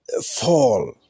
fall